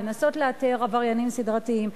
לנסות לאתר עבריינים סדרתיים,